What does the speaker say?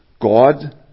God